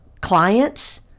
clients